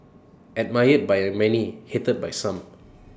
admired by many hated by some